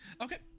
Okay